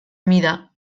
mida